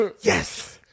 yes